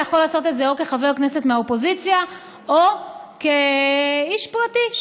יכול לעשות את זה כחבר כנסת מהאופוזיציה או כאיש פרטי,